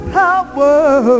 power